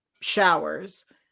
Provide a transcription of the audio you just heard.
showers